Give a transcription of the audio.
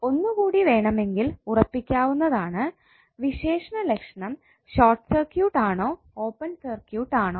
ഒന്നുകൂടി വേണമെങ്കിൽ ഉറപ്പിക്കാവുന്നതാണ് വിശേഷണ ലക്ഷണം ഷോർട്ട് സർക്യൂട്ട് ആണോ ഓപ്പൺ സർക്യൂട്ട് ആണോ എന്ന്